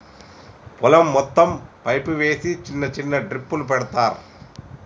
పొలం మొత్తం పైపు వేసి చిన్న చిన్న డ్రిప్పులు పెడతార్